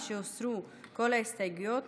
משהוסרו כל ההסתייגויות,